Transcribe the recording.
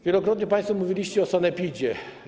Wielokrotnie państwo mówiliście o sanepidzie.